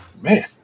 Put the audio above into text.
man